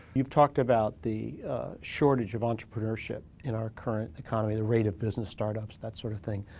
you've talked about the shortage of entrepreneurship in our current economy, the rate of business startups, that sort of thing.